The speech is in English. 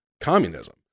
communism